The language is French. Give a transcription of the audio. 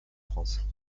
france